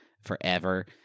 forever